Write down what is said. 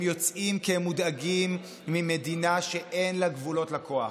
הם יוצאים כי הם מודאגים ממדינה שאין לה גבולות לכוח.